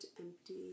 empty